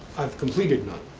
i've completed none.